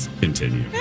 continue